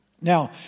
now